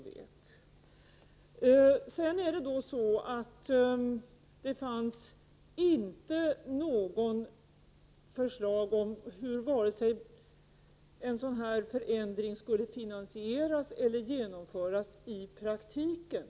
I det beslut som riksdagen fattade fanns inte något förslag om hur en sådan här förändring skulle vare sig finansieras eller genomföras i praktiken.